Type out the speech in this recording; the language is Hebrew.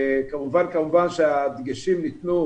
כמובן שהדגשים ניתנו